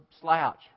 slouch